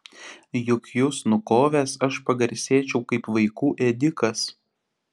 juk jus nukovęs aš pagarsėčiau kaip vaikų ėdikas